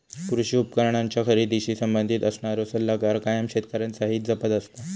कृषी उपकरणांच्या खरेदीशी संबंधित असणारो सल्लागार कायम शेतकऱ्यांचा हित जपत असता